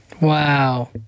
wow